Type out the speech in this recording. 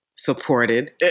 supported